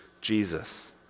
Jesus